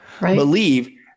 believe